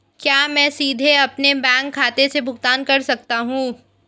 क्या मैं सीधे अपने बैंक खाते से भुगतान कर सकता हूं?